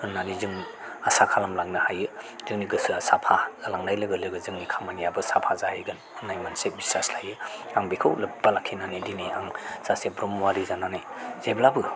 होननानै जों आसा खालामलांनो हायो जोंनि गोसोआ साफा जालांनाय लोगो लोगो जोंनि खामानिआबो साफा जाहैगोन होननाय मोनसे बिसास थायो आं बेखौ लोब्बा लाखिनानै दिनै आं सासे ब्रह्मआरि जानानै जेब्लाबो